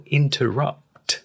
interrupt